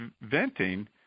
venting